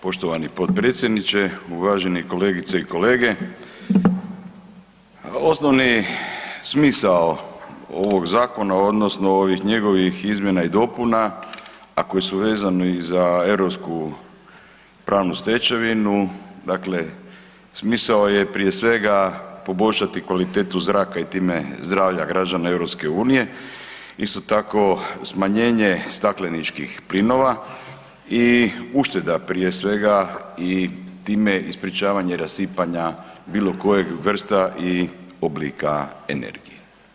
Poštovani potpredsjedniče, uvaženi kolegice i kolege osnovni smisao ovog zakona odnosno ovih njegovih izmjena i dopuna, a koji su vezani za europsku pravnu stečevinu, dakle smisao je prije svega poboljšati kvalitetu zraka i time zdravlja građana EU, isto tako smanjenje stakleničkih plinova i ušteda prije svega i time i sprječavanje rasipanja bilo kojeg vrsta i oblika energije.